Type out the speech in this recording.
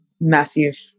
massive